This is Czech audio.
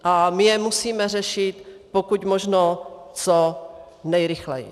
A my je musíme řešit pokud možno co nejrychleji.